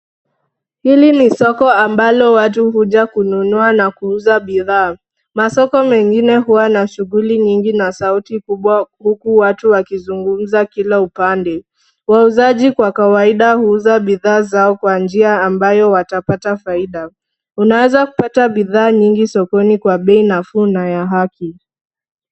Hili ni soko ambalo watu huja kununua na kuuza bidhaa. Masoko mengine huwa na shughuli nyingi na sauti kubwa, huku watu wakizungumza kila upande. Wauzaji kwa kawaida huuza bidhaa zao kwa njia ambayo watapata faida. Unaweza kupata bidhaa nyingi sokoni kwa bei nafuu na ya haki.